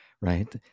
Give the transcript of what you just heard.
right